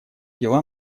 дела